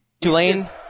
Tulane